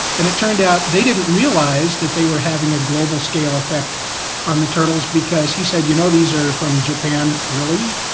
and it turned out they didn't realise that they were having a global-scale effect on the turtles because he said, you know these are from japan? really?